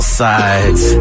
sides